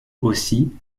aussi